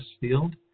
field